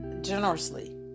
generously